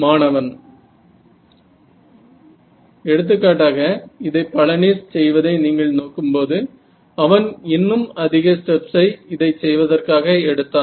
மாணவன் எடுத்துக்காட்டாக இதை பழனிஸ் செய்வதை நீங்கள் நோக்கும்போது அவன் இன்னும் அதிக ஸ்டெப்ஸை இதைச் செய்வதற்காக எடுத்தான்